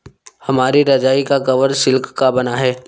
हमारी रजाई का कवर सिल्क का बना है